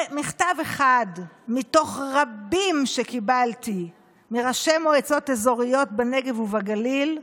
זה מכתב אחד מתוך רבים שקיבלתי מראשי מועצות אזוריות בנגב ובגליל,